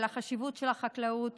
על החשיבות של החקלאות